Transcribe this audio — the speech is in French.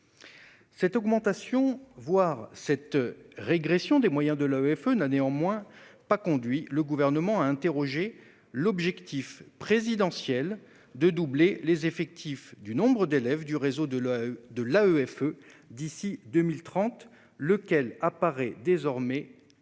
Cette stagnation, voire cette régression des moyens de l'AEFE n'a néanmoins pas conduit le Gouvernement à interroger l'objectif présidentiel de doubler les effectifs d'élèves du réseau de l'AEFE d'ici à 2030, objectif qui apparaît désormais